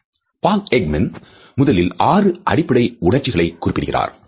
Paul Ekman முதலில் ஆறு அடிப்படை உணர்ச்சிகளை குறிப்பிடுகிறார்